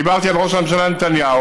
דיברתי על ראש הממשלה נתניהו,